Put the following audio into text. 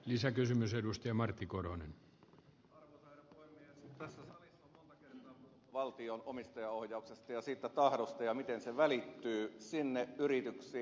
tässä salissa on monta kertaa puhuttu valtion omistajaohjauksesta ja siitä tahdosta ja siitä miten se välittyy yrityksiin